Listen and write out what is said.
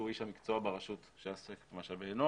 שהוא איש המקצוע ברשות שעוסק במשאבי אנוש,